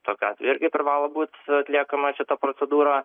tokiu atveju irgi privalo būt atliekama šita procedūra